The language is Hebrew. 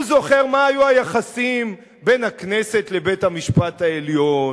הוא זוכר מה היו היחסים בין הכנסת לבית-המשפט העליון,